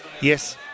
Yes